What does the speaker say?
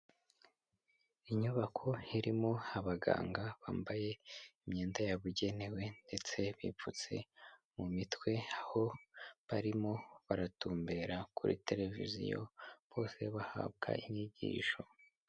Inyubako irimo abaganga bambaye imyenda yabugenewe ndetse bipfutse mu mitwe, aho barimo baratumbera kuri tereviziyo bose bahabwa inyigisho.